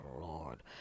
Lord